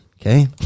Okay